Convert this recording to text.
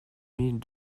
mille